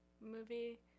movie